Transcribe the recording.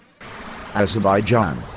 Azerbaijan